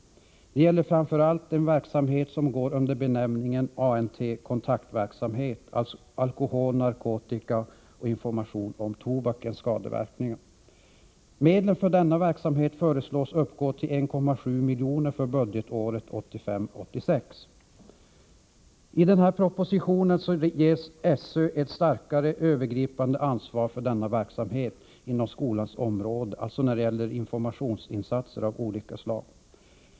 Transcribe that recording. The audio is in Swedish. Det gäller framför allt den verksamhet som går under benämningen ANT-kontaktverksamhet, dvs. alkohol, narkotika och information om tobakens skadeverkningar. Medel för denna verksamhet föreslås uppgå till 1,7 milj.kr. för budgetåret 1985/86. I denna proposition ges SÖ ett starkare övergripande ansvar för informationsinsatser av olika slag inom skolans område.